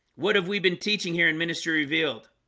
what have we been teaching here in ministry revealed?